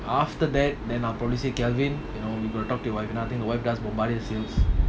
after that then our I'll probably say kelvin you know you got to talk to your wife I think your wife does sales